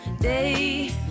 day